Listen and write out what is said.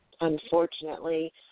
Unfortunately